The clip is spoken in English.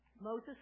Moses